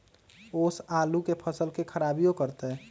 ओस आलू के फसल के खराबियों करतै?